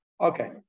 Okay